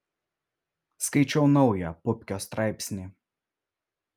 skaičiau naują pupkio straipsnį